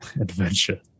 Adventure